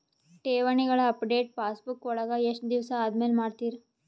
ಠೇವಣಿಗಳ update passbook ವಳಗ ಎಷ್ಟ ದಿವಸ ಆದಮೇಲೆ ಮಾಡ್ತಿರ್?